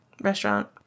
restaurant